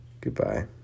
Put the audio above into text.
Goodbye